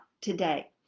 today